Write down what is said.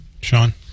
Sean